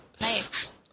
nice